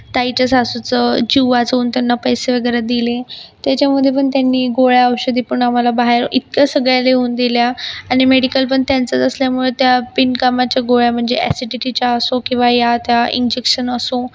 ताईच्या सासूचं जीव वाचवून त्यांना पैसे वगैरे दिले त्याच्यामध्ये पण त्यांनी गोळ्या औषधी पण बाहेर इतक्या सगळ्या लिहून दिल्या आणि मेडिकल पण त्यांचंच असल्यामुळे त्या बिनकामाच्या गोळ्या म्हणजे अॅसिडीटीच्या असो किंवा या त्या इंजेक्शन असो